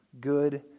good